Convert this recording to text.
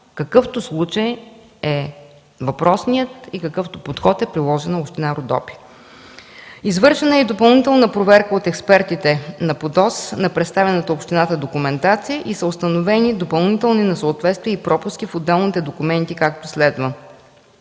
какъвто случай е въпросният и какъвто подход е приложен от община Родопи. Извършена е и допълнителна проверка от експертите на ПУДООС на представената от общината документация и са установени допълнителни несъответствия и пропуски в отделните документи, както следват.